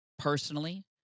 Personally